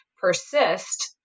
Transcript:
persist